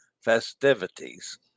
festivities